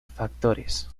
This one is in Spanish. factores